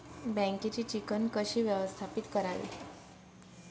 बँकेची चिकण कशी व्यवस्थापित करावी?